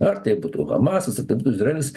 ar tai būtų hamasas ar tai būtų izraelis